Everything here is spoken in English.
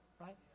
Right